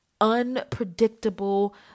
unpredictable